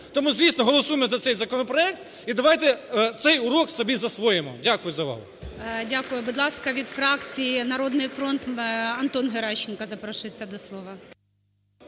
Тому дійсно голосуємо за цей законопроект, і давайте цей урок собі засвоїмо. Дякую за увагу. ГОЛОВУЮЧИЙ. Дякую. Будь ласка, від фракції "Народний фронт" Антон Геращенко запрошується до слова.